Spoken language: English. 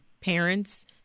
parents